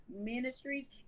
ministries